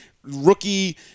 Rookie